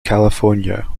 california